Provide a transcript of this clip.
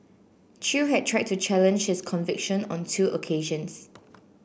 chew had tried to challenge his conviction on two occasions